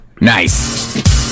Nice